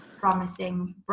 promising